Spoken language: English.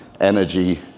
energy